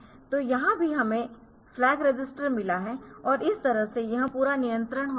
तो यहाँ भी हमें फ्लैग रजिस्टर मिला है और इस तरह से यह पूरा नियंत्रण होता है